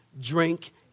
drink